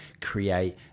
create